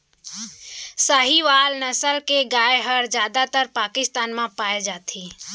साहीवाल नसल के गाय हर जादातर पाकिस्तान म पाए जाथे